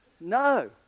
No